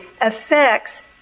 affects